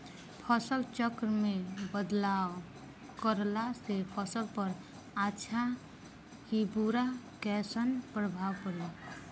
फसल चक्र मे बदलाव करला से फसल पर अच्छा की बुरा कैसन प्रभाव पड़ी?